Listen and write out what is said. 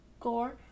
gore